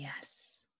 yes